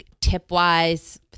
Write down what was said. tip-wise